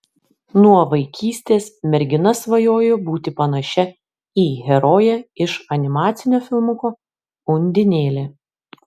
nuo vaikystės mergina svajojo būti panašia į heroję iš animacinio filmuko undinėlė